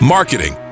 Marketing